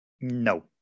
No